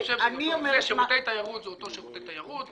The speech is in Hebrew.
אני חושב ששירותי תיירות הם אותם שירותי תיירות,